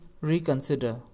reconsider